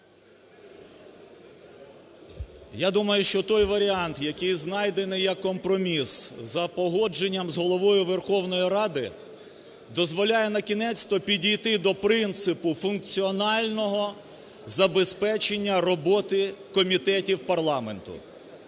Я думаю, що той варіант, який знайдений як компроміс за погодженням з Головою Верховної Ради, дозволяє накінець-то підійти до принципу функціонального забезпечення роботи комітетів парламенту.